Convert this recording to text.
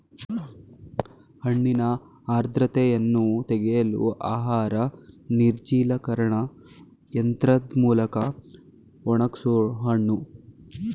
ಹಣ್ಣಿನ ಆರ್ದ್ರತೆಯನ್ನು ತೆಗೆಯಲು ಆಹಾರ ನಿರ್ಜಲೀಕರಣ ಯಂತ್ರದ್ ಮೂಲ್ಕ ಒಣಗ್ಸೋಹಣ್ಣು